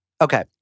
Okay